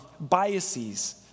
biases